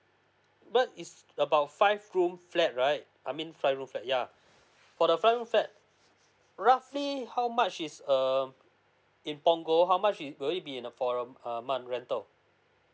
but it's about five room flat right I mean five room flat yeah for the five room flat roughly how much is um in punggol how much it will it be in a forum err month rental